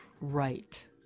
Right